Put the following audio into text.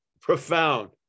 profound